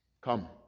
come